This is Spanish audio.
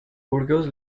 burgos